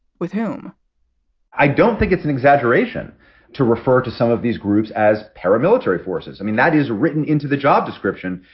with whom i don't think it's an exaggeration to refer to some of these groups as paramilitary forces. i mean, that is written into the job description.